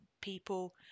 people